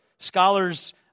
Scholars